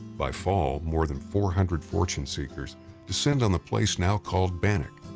by fall, more than four hundred fortune seekers descend on the place now called bannack.